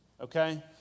okay